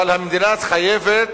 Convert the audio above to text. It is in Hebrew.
אבל המדינה חייבת,